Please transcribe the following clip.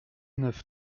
neuf